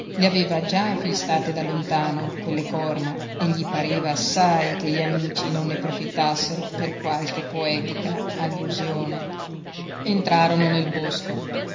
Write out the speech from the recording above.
le aveva già avvistate da lontano quelle corna e gli pareva assai che gli amici non ne profittassero per qualche poetica allusione entrarono nel bosco